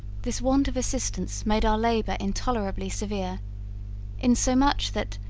this want of assistance made our labour intolerably severe insomuch, that,